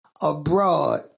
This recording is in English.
Abroad